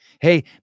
Hey